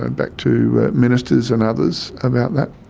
and back to ministers and others, about that.